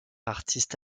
artiste